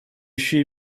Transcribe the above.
еще